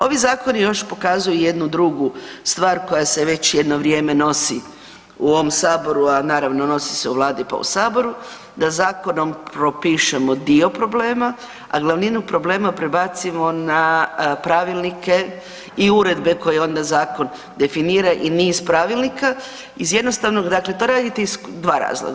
Ovi zakoni još pokazuju jednu drugu stvar koja se već jedno vrijeme nosi u ovom Saboru, a naravno, novi se u Vladi pa u Saboru, da zakonom propišemo dio problema, a glavninu problema prebacimo na pravilnike i uredbe koje onda zakon definira i niz pravilnika iz jednostavnog, dakle to radite iz 2 razloga.